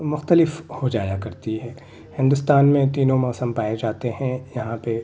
مختلف ہو جایا کرتی ہے ہندوستان میں تینوں موسم پائے جاتے ہیں یہاں پہ